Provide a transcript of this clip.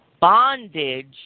bondage